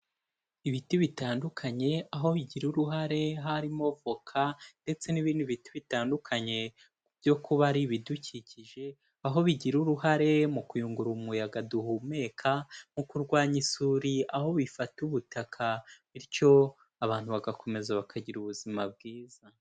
bIiti bitandukanye aho bigira uruhare; harimo voka ndetse n'ibindi biti bitandukanye, ibyo kuba ari ibidukikije, aho bigira uruhare mu kuyungurura umuyaga duhumeka, mu kurwanya isuri, aho bifata ubutaka bityo abantu bagakomeza bakagira ubuzima bwiza.